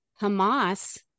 Hamas